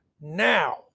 Now